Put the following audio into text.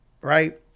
right